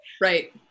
Right